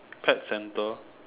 pet center